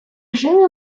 жили